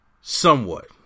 somewhat